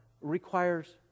requires